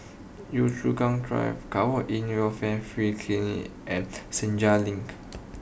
Yio Chu Kang Drive Kwan in Welfare Free Clinic and Senja Link